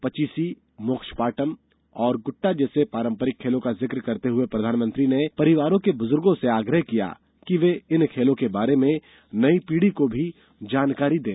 पचीसी मोक्ष पाटम और गृह्टा जैसे पारम्परिक खेलों का जिक्र करते हुए प्रधानमंत्री ने परिवारों के बुजुर्गों से आग्रह किया कि वे इन खेलों के बारे में नई पीढ़ी को भी जानकारी दें